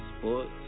sports